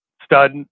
stud